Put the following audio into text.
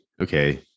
okay